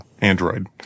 android